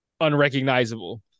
unrecognizable